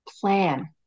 plan